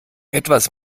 etwas